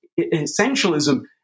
essentialism